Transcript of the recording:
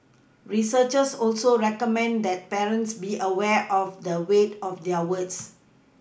researchers also recommend that parents be aware of the weight of their words